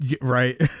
right